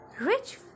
Rich